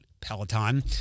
Peloton